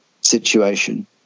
situation